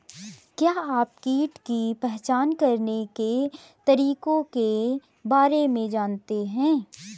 क्या आप कीट की पहचान करने के तरीकों के बारे में जानते हैं?